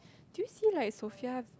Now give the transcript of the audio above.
do you see like Sofia